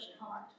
heart